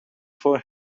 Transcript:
for